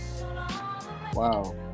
Wow